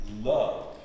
love